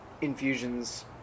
infusions